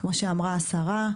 כמו שאמרה השרה,